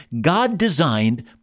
God-designed